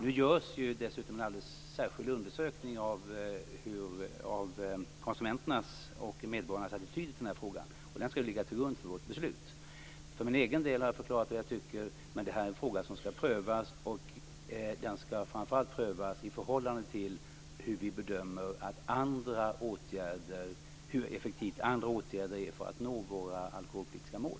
Nu görs dessutom en alldeles särskild undersökning av konsumenternas och medborgarnas attityder till frågan. Den skall ligga till grund för vårt beslut. För min egen del har jag förklarat vad jag tycker. Men det här är en fråga som skall prövas. Den skall framför allt prövas i förhållande till hur effektiva vi bedömer att andra åtgärder är för att nå våra alkoholpolitiska mål.